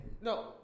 No